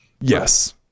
yes